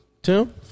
Tim